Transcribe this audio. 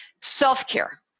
self-care